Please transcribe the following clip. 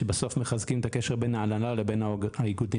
שבסוף מחזקים את הקשר בין ההנהלה לבין האיגודים.